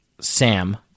Sam